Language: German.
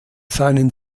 seinen